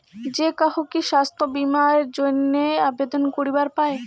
যে কাহো কি স্বাস্থ্য বীমা এর জইন্যে আবেদন করিবার পায়?